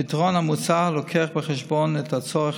הפתרון המוצע לוקח בחשבון את הצורך